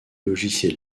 logiciels